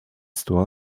store